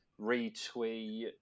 retweet